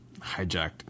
hijacked